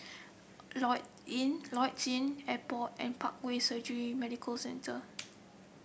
Lloyds Inn Airport and Parkway Surgery Medical Centre